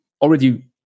already